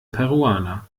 peruaner